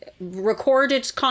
recorded